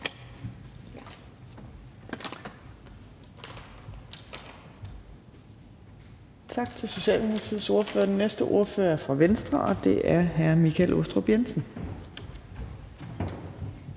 Tak til ordføreren. Den næste ordfører er fra Venstre, og det er hr. Michael Aastrup Jensen.